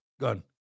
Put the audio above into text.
gun